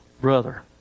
brother